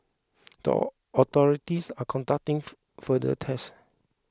the authorities are conducting for further tests